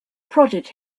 prodded